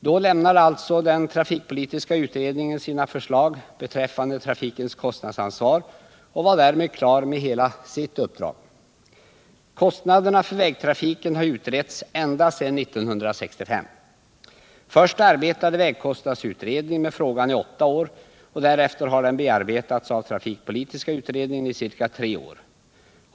Då lämnade alltså den trafikpolitiska utredningen sina förslag beträffande trafikens kostnadsansvar och var därmed klar med hela sitt uppdrag. Kostnaderna för vägtrafiken har utretts ända sedan 1965. Först arbetade vägkostnadsutredningen med frågan i åtta år och därefter har den bearbetats av trafikpolitiska utredningen i ca tre år.